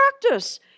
practice